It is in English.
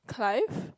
Clive